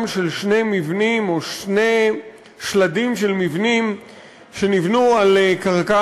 של שני מבנים או שני שלדים של מבנים שנבנו על קרקע